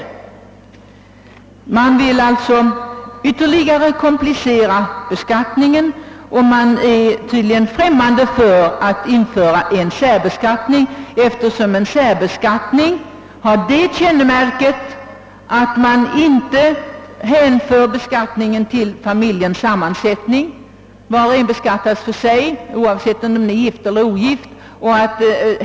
Högern vill alltså ytterligare komplicera beskattningen och är tydligen främmande för införande av särbeskattning, eftersom en sådan har kännemärket att beskattningen inte baseras på familjens sammansättning, utan var och en beskattas för sig, oavsett om vederbörande är gift eller ogift.